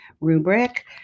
rubric